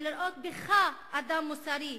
ולראות בך אדם מוסרי.